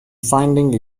finding